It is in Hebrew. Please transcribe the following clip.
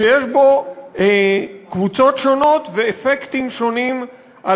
שיש בו קבוצות שונות ואפקטים שונים על